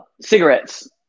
cigarettes